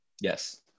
Yes